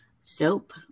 soap